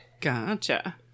Gotcha